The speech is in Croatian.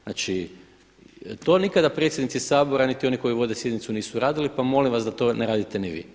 Znači, to nikada predsjednici Sabora niti oni koji vode sjednicu nisu radili, pa molim vas da to ne radite ni vi.